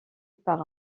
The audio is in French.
par